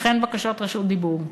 וכן בקשות רשות דיבור.